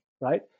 Right